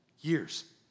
years